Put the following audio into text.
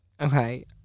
Okay